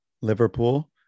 Liverpool